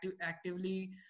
actively